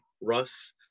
Russ